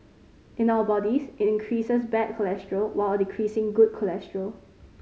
in our bodies it increases bad cholesterol while decreasing good cholesterol